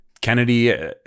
Kennedy